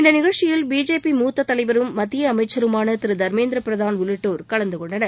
இந்த நிகழ்ச்சியில் பிஜேபி மூத்த தலைவரும் மத்திய அமைச்சருமான திரு தர்மேந்திர பிரதான் உள்ளிட்டோர் கலந்து கொண்டனர்